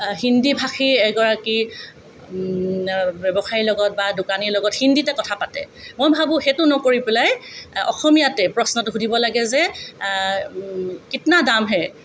হিন্দীভাষী এগৰাকী ব্যৱসায়ী লগত বা দোকানীৰ লগত হিন্দীতে কথা পাতে মই ভাবোঁ সেইটো নকৰি পেলাই অসমীয়াতে প্ৰশ্নটো সুধিব লাগে যে কিতনা দাম হে